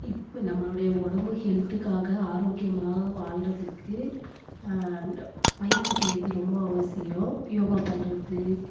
இப்போ நம்மளுடைய உடம்பு ஹெல்த்துக்காக ஆரோக்கியமாக வாழ்கிறதுக்கு பயிற்சி செய்கிறது ரொம்ப அவசியம் யோகா பண்ணுறது